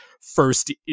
first